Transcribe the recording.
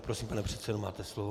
Prosím, pane předsedo, máte slovo.